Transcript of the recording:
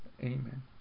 Amen